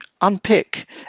unpick